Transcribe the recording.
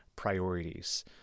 Priorities